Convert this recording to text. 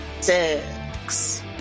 six